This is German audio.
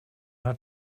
hat